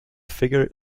figure